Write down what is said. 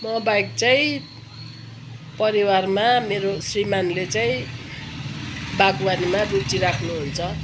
म बाहेक चाहिँ परिवारमा मेरो श्रीमानले चाहिँ बागवानीमा रुचि राख्नुहुन्छ